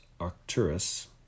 Arcturus